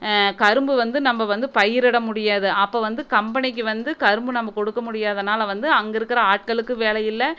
கரும்பு வந்து நம்ப வந்து பயிரிட முடியாது அப்போ வந்து கம்பெனிக்கு வந்து கரும்பு நம்ப கொடுக்க முடியாததினால வந்து அங்கேருக்குற ஆட்களுக்கு வேலை இல்லை